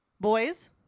Boys